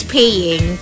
paying